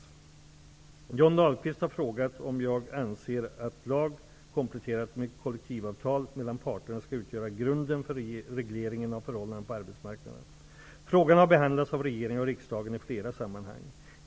Johnny Ahlqvist har frågat om jag anser att lag kompletterad med kollektivavtal mellan parterna skall utgöra grunden för regleringen av förhållandena på arbetsmarknaden. Frågan har behandlats av regeringen och riksdagen i flera sammanhang.